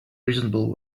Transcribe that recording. reasonable